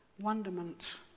wonderment